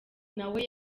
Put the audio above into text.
nawe